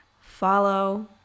follow